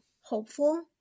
hopeful